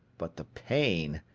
but the pain.